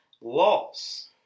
loss